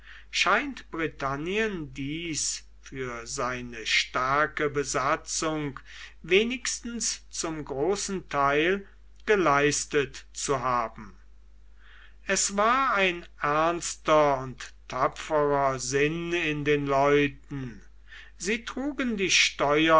scheint britannien dies für seine starke besatzung wenigstens zum großen teil geleistet zu haben es war ein ernster und tapferer sinn in den leuten sie trugen die steuern